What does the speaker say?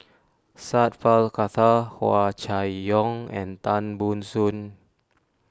Sat Pal Khattar Hua Chai Yong and Tan Ban Soon